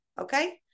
okay